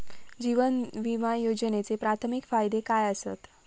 जीवन विमा योजनेचे प्राथमिक फायदे काय आसत?